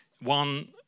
one